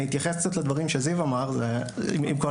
קנסות